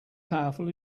powerful